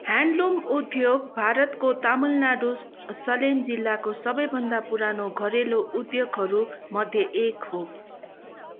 handloom उद्योग भारतको तमिलनाडू सलेम जिल्लाको सबैभन्दा पुरानो घरेलु उद्योगहरू मध्ये एक हो